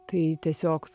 tai tiesiog